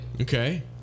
Okay